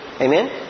Amen